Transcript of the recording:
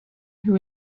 who